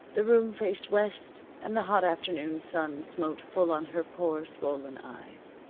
the room faced west, and the hot afternoon sun smote full on her poor swollen eyes.